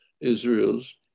Israel's